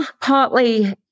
partly